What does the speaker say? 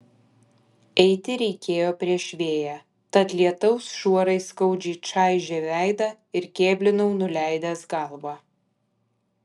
eiti reikėjo prieš vėją tad lietaus šuorai skaudžiai čaižė veidą ir kėblinau nuleidęs galvą